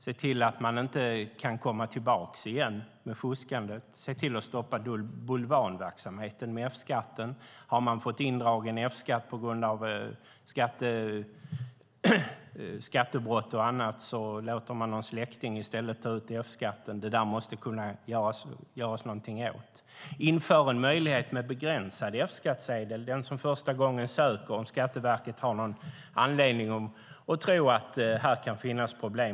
Se till att man inte kan komma tillbaka igen med fuskandet. Se till att stoppa bulvanverksamheten med F-skatten. Har man fått indragen F-skatt på grund av skattebrott och annat låter man i stället någon släkting ta ut F-skattsedel. Det måste kunna göras någonting åt det. Inför en möjlighet med begränsad F-skattsedel när någon söker första gången och Skatteverket har någon anledning att tro att det kan finnas problem.